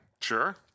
Sure